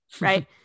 Right